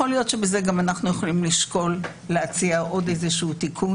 וזה מצב שמזמין ערעורים לאין קץ.